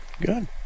Good